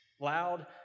loud